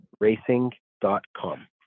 racing.com